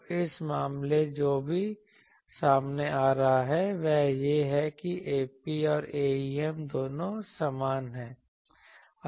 तो इस मामले में जो सामने आता है वह यह है कि Ap और Aem दोनों समान हैं